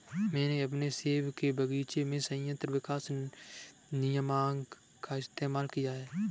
मैंने अपने सेब के बगीचे में संयंत्र विकास नियामक का इस्तेमाल किया है